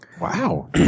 Wow